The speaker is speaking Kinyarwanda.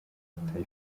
typhoon